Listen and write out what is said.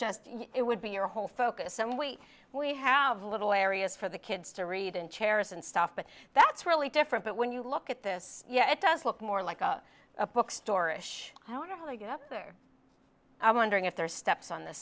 just it would be your whole focus and we we have little areas for the kids to read and chairs and stuff but that's really different but when you look at this yeah it does look more like a bookstore ish i don't know how they get up there wondering if there are steps on th